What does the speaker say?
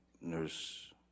Nurse